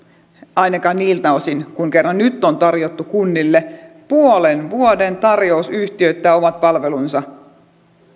ainakaan niiltä osin kun kerran nyt on tarjottu kunnille puolen vuoden tarjous yhtiöittää omat palvelunsa